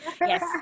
Yes